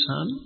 Son